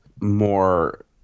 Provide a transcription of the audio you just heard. more